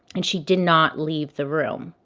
and she did not leave the room.